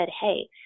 hey